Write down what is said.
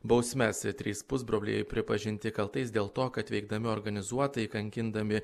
bausmes trys pusbroliai pripažinti kaltais dėl to kad veikdami organizuotai kankindami